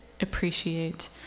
appreciate